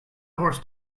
horse